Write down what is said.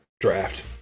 Draft